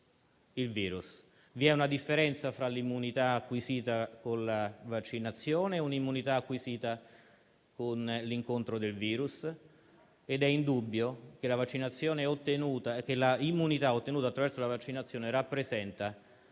il virus. Vi è una differenza fra l'immunità acquisita con la vaccinazione e l'immunità acquisita con l'incontro del virus. È indubbio che l'immunità ottenuta attraverso la vaccinazione rappresenta